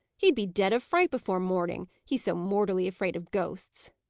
he'd be dead of fright before morning, he's so mortally afraid of ghosts.